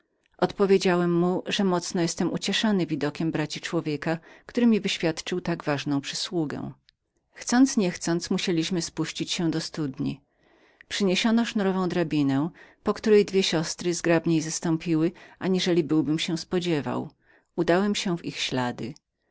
odpowiedziałem mu że mocno byłem ucieszony widokiem braci człowieka który mi wyświadczył tak ważną przysługę chcąc nie chcąc musieliśmy spuścić się do studni przyniesiono sznurową drabinę po której dwie siostry zgrabniej zestąpiły aniżeli byłbym się spodziewał udałem się w ich ślady